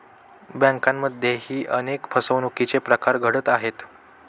बँकांमध्येही अनेक फसवणुकीचे प्रकार घडत आहेत